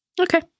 Okay